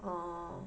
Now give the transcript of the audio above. orh